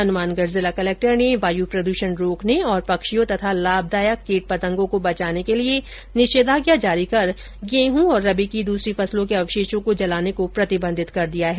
हनुमानगढ़ जिला कलक्टर ने वायु प्रद्षण रोकने और पक्षियों तथा लाभदायक कीट पतंगों को बचाने के लिये निषेधाज्ञा जारी कर गेह तथा रबी की दूसरी फसलों के अवशेषों को जलाने को प्रतिबंधित कर दिया है